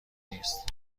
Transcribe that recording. نیست